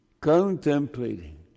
contemplating